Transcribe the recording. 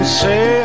say